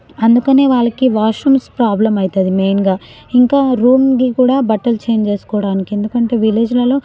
అందుకనే వాళ్ళకి washrooms problem అవుతుంది మెయిన్గా ఇంకా రూమ్కి కూడా బట్టలు చేంజ్ చేసుకోవడానికి ఎందుకంటే విలేజ్లలో